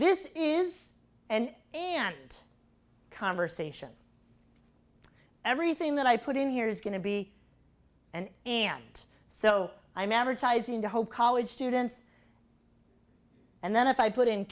this is an ant conversation everything that i put in here is going to be and and so i'm advertising to hope college students and then if i put in